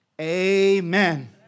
Amen